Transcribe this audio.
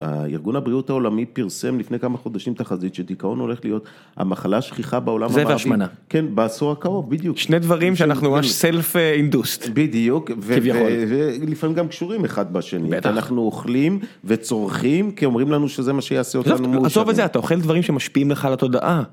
הארגון הבריאות העולמי פרסם לפני כמה חודשים תחזית שדכאון הולך להיות המחלה השכיחה בעולם המערבי. זה והשמנה. כן, בעשור הקרוב, בדיוק. שני דברים שאנחנו ממש סלף אינדוסט. בדיוק. כביכול. ולפעמים גם קשורים אחד בשני. בטח. אנחנו אוכלים וצורכים, כי אומרים לנו שזה מה שיעשה אותנו מאושרים. עזוב את זה, אתה אוכל דברים שמשפיעים לך על התודעה.